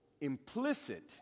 implicit